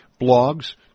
blogs